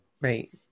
right